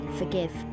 forgive